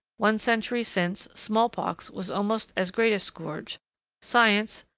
one century since, small-pox was almost as great a scourge science,